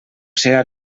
seran